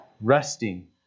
resting